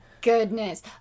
Goodness